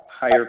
higher